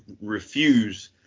refuse